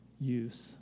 use